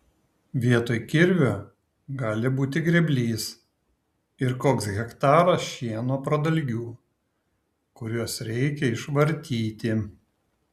vietoj kirvio gali būti grėblys ir koks hektaras šieno pradalgių kuriuos reikia išvartyti